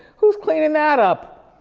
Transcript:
who's cleaning that up?